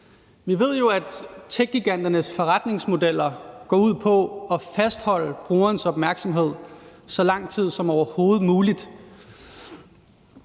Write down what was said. Vi ved jo, at techgiganternes forretningsmodeller går ud på at fastholde brugerens opmærksomhed så lang tid som overhovedet muligt.